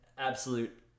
absolute